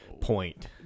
point